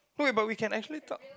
wait but we can actually talk